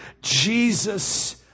Jesus